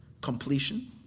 completion